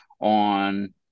on